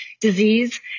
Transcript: disease